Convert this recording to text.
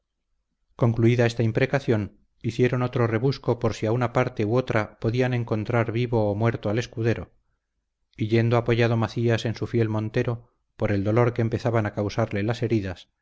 concluida esta imprecación hicieron otro rebusco por si a una parte u otra podrían encontrar vivo o muerto al escudero y yendo apoyado macías en su fiel montero por el dolor que empezaban a causarle las heridas